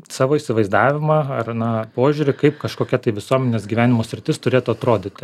savo įsivaizdavimą ar na požiūrį kaip kažkokia tai visuomenės gyvenimo sritis turėtų atrodyti